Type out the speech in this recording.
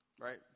right